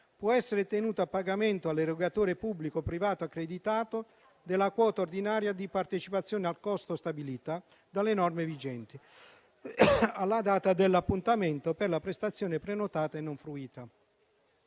può essere tenuto al pagamento all'erogatore pubblico o privato accreditato della quota ordinaria di partecipazione al costo stabilita dalle norme vigenti alla data dell'appuntamento per la prestazione prenotata e non fruita.